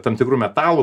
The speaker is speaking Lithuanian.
tam tikrų metalų